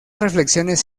reflexiones